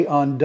on